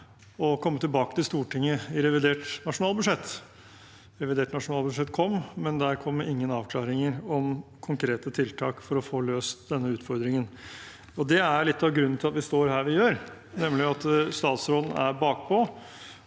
så komme tilbake til Stortinget med revidert nasjonalbudsjett. Revidert nasjonalbudsjett kom, men der kom det ingen avklaringer om konkrete tiltak for å få løst denne utfordringen. Det er litt av grunnen til at vi står her vi gjør nå. Statsråden er bakpå.